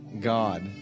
God